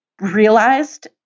realized